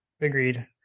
Agreed